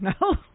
No